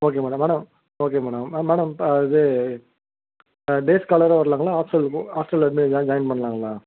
okay madam madam okay madam madam இது days காலராக வரலாங்களா ஹாஸ்டல் ஹாஸ்டலில் இருந்தே ஜா ஜாயின் பண்ணலாங்களா